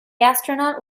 astronaut